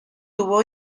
tuvo